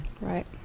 Right